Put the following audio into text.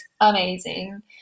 amazing